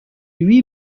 lui